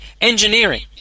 engineering